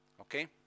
Okay